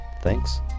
Thanks